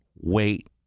wait